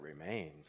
remains